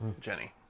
Jenny